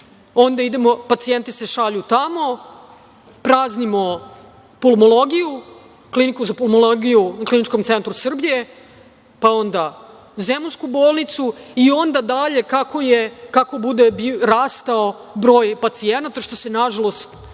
pacijenti se šalju tamo, praznimo pulmologiju, Kliniku za pulmologiju u Kliničkom centru Srbije, pa onda Zemunsku bolnicu i onda dalje kako bude rastao broj pacijenata, što se na žalost,